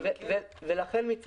לכן,